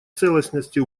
целостности